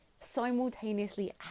simultaneously